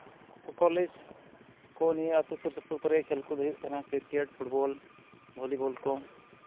college ᱠᱚ ᱱᱤᱭᱟᱹ ᱟᱹᱛᱩ ᱥᱩᱨ ᱥᱩᱯᱩᱨ ᱠᱚᱨᱮ ᱠᱷᱮᱞ ᱠᱚᱫᱚ ᱦᱩᱭᱩᱜ ᱠᱟᱱᱟ ᱠᱨᱤᱠᱮᱴ ᱯᱷᱩᱴᱵᱚᱞ ᱵᱷᱚᱞᱤᱵᱚᱞ ᱠᱚ